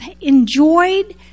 enjoyed